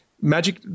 magic